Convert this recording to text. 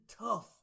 tough